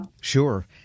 Sure